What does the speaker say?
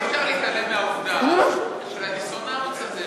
אבל אי-אפשר להתעלם מהעובדה של הדיסוננס הזה,